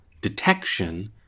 detection